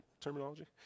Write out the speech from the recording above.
terminology